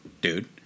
dude